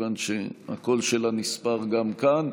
מכיוון שהקול שלה נספר גם כאן.